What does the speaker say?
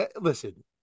listen